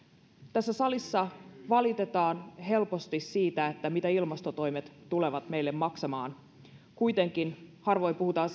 tässä salissa valitetaan helposti siitä mitä ilmastotoimet tulevat meille maksamaan kuitenkin harvoin puhutaan